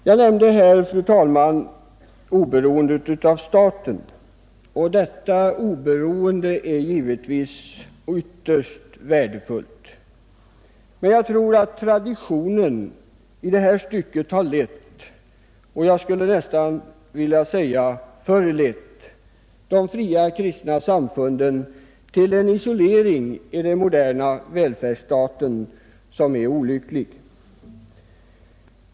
Jag nämnde, fru talman, oberoendet av staten, och detta oberoende är givetvis ytterst värdefullt, men jag tror att traditionen i det här stycket har lett — jag skulle nästan vilja säga förlett — de fria kristna samfunden till en isolering i den moderna välfärdsstaten som är olycklig.